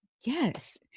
yes